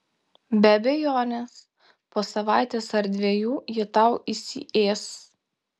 be abejonės po savaitės ar dviejų ji tau įsiės